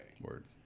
Word